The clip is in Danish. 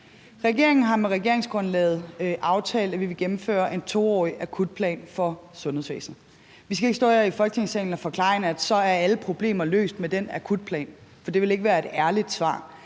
Regeringen har med regeringsgrundlaget aftalt, at vi vil gennemføre en 2-årig akutplan for sundhedsvæsenet. Vi skal ikke stå her i Folketingssalen og forklare, at så er alle problemer løst med den akutplan, for det ville ikke være et ærligt svar.